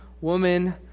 woman